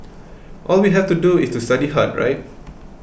all we have to do is to study hard right